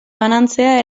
banantzea